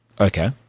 okay